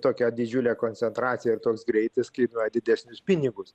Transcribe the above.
tokia didžiulė koncentracija ir toks greitis kainuoja didesnius pinigus